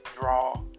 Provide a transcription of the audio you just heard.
draw